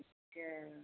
ਅੱਛਾ